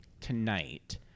tonight